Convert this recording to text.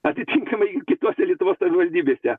atitinkamai ir kituose lietuvos savivaldybėse